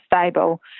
stable